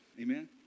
Amen